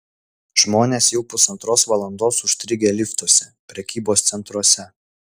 žmonės jau pusantros valandos užstrigę liftuose prekybos centruose